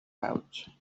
pouch